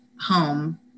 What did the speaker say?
home